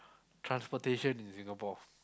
transportation in Singapore